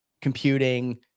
computing